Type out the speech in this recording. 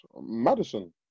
Madison